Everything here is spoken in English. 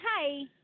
Hi